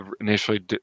initially